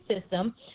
system